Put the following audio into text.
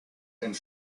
and